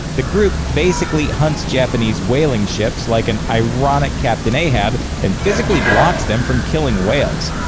the group basically hunts japanese whaling ships like an ironic captain ahab and physically blocks them from killing whales.